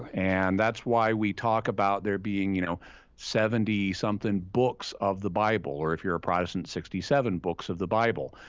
and that's why we talk about there being you know seventy something books of the bible. or if you are a protestant, sixty seven books of the bible.